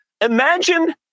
imagine